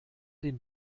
den